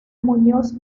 muñoz